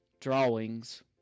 drawings